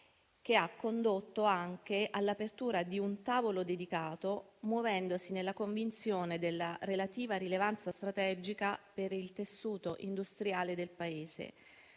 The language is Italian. che ha condotto anche all'apertura di un tavolo dedicato, muovendosi nella convinzione della relativa rilevanza strategica per il tessuto industriale del Paese,